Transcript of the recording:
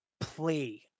play